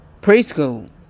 preschool